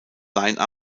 line